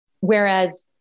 whereas